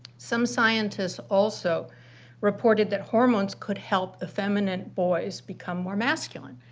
some scientists also reported that hormones could help effeminate boys become more masculine.